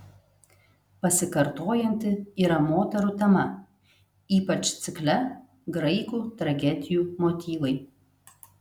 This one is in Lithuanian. pasikartojanti yra moterų tema ypač cikle graikų tragedijų motyvai